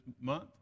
month